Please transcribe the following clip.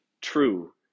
true